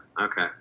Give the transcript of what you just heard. okay